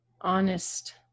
honest